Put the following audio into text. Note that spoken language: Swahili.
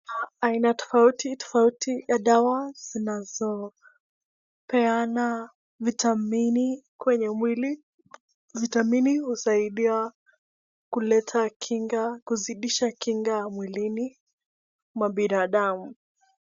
Aina tofauti tofauti za dawa zinazopeana vitamini kwenye mwili, vitamini husaidia kuleta kuzidisha kinga mwilini mwa binadamu.